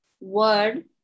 word